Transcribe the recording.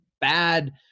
bad